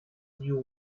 new